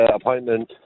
appointment